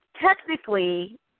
technically